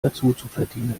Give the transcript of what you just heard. dazuzuverdienen